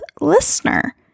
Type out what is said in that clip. listener